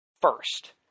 first